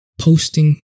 posting